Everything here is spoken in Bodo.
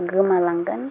गोमालांगोन